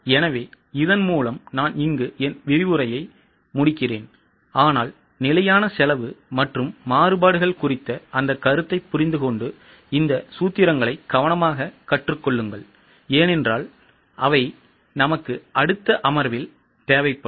எனவே இதன் மூலம் நான் இங்கு என் விரிவுரையை முடிக்கிறேன் ஆனால் நிலையான செலவு மற்றும் மாறுபாடுகள் குறித்த அந்தக் கருத்தைப் புரிந்துகொண்டு இந்த சூத்திரங்களை கவனமாகக் கற்றுக் கொள்ளுங்கள் ஏனென்றால் அவை அடுத்த அமர்வில் நமக்குத் தேவைப்படும்